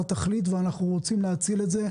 תכלית ואנחנו רוצים להציל חיים כאלה.